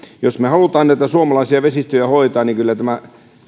jos me haluamme näitä suomalaisia vesistöjä hoitaa niin kyllä tämä